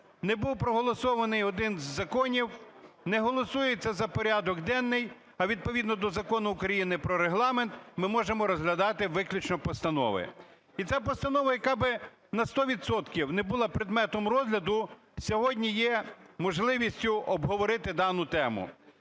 Не був проголосований один з законів, не голосується за порядок денний, а відповідно до Закону України про Регламент ми можемо розглядати виключно постанови. І ця постанова, яка би на сто відсотків не була предметом розгляду, сьогодні є можливістю обговорити дану тему.